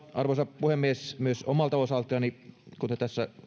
arvoisa puhemies haluan myös omalta osaltani kuten tässä